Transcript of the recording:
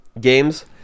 games